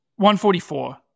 144